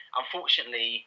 unfortunately